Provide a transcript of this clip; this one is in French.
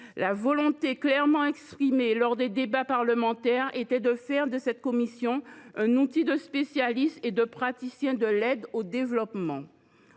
La « volonté clairement exprimée lors des débats parlementaires était de faire de cette commission un outil de spécialistes et de praticiens de l’aide au développement